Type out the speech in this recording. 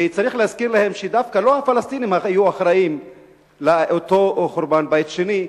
וצריך להזכיר להם שדווקא לא הפלסטינים היו אחראים לאותו חורבן בית שני,